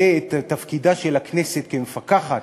ואת תפקידה של הכנסת כמפקחת